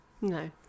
no